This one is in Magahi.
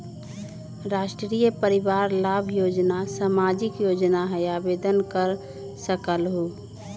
राष्ट्रीय परिवार लाभ योजना सामाजिक योजना है आवेदन कर सकलहु?